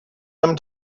them